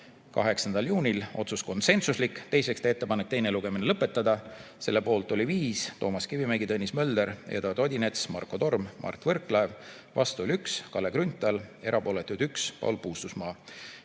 8. juunil, otsus oli konsensuslik. Teiseks, teha ettepanek teine lugemine lõpetada. Selle poolt oli 5: Toomas Kivimägi, Tõnis Mölder, Eduard Odinets, Marko Torm, Mart Võrklaev. Vastu oli 1: Kalle Grünthal. Ka erapooletuid oli 1: Paul Puustusmaa.